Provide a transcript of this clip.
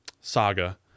saga